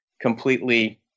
completely